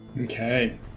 okay